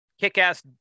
kick-ass